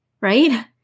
right